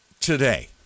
today